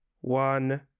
one